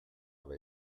have